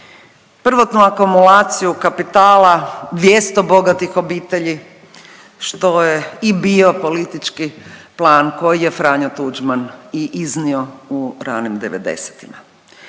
prvotnu akumulaciju kapitala 200 bogatih obitelji što je i bio politički plan koji je Franjo Tuđman i iznio u ranim